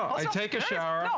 i take a shower.